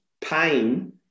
pain-